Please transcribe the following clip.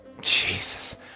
Jesus